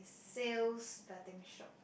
sales betting shop